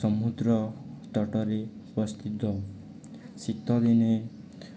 ସମୁଦ୍ର ତଟରେ ଉପସ୍ଥିତ ଶୀତଦିନେ